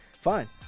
fine